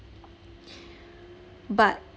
but